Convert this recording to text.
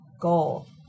goal